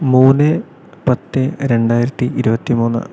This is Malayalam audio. മൂന്ന് പത്ത് രണ്ടായിരത്തി ഇരുപത്തി മൂന്ന്